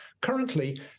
Currently